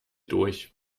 durch